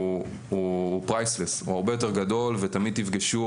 הוא הרבה יותר גדול, ותמיד תפגשו